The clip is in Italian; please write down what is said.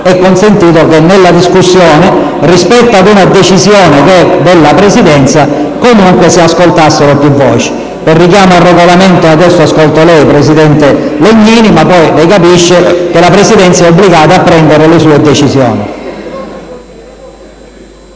e consentito che nella discussione, rispetto ad una decisione della Presidenza, comunque si ascoltassero più voci dello stesso Gruppo. Per un richiamo al Regolamento adesso ascolto lei, presidente Legnini, ma capirà che la Presidenza è obbligata a prendere le sue decisioni.